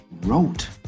wrote